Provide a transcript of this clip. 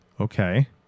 okay